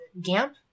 Gamp